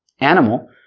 animal